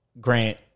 Grant